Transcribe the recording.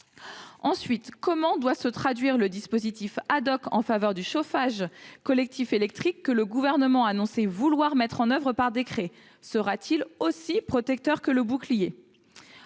les caractéristiques du dispositif en faveur du chauffage collectif électrique que le Gouvernement a annoncé vouloir mettre en oeuvre par décret ? Sera-t-il aussi protecteur que le bouclier ?